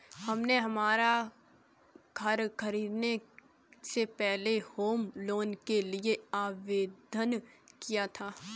हमने हमारा घर खरीदने से पहले होम लोन के लिए आवेदन किया था